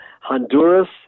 Honduras